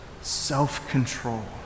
self-control